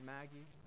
Maggie